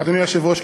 אדוני היושב-ראש,